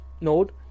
node